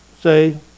say